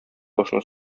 башына